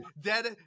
Dead